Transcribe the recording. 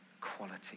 quality